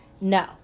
No